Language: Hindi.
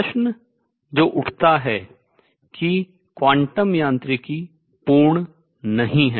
प्रश्न जो उठता है कि क्वांटम यांत्रिकी पूर्ण नहीं है